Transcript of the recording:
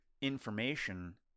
information